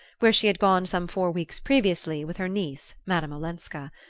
where she had gone some four weeks previously with her niece, madame olenska.